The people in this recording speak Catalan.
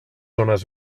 zones